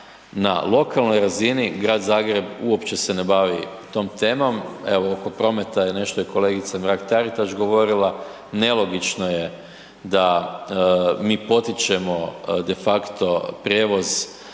na lokalnoj razini Grad Zagreb uopće se ne bavi tom temom. Evo oko prometa je nešto i kolegica Mrak-Tatiraš govorila, nelogično je da mi potičemo defakto prijevoz